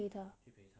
陪她